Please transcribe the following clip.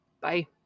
Bye